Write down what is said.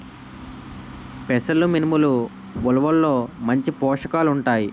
పెసలు మినుములు ఉలవల్లో మంచి పోషకాలు ఉంటాయి